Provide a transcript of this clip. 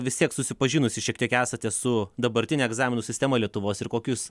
vis tiek susipažinusi šiek tiek esate su dabartine egzaminų sistema lietuvos ir kokius